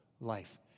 Life